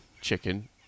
Chicken